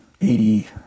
Eighty